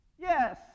Yes